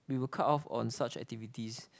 we will cut off on such activities